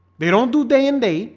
they don't do day and day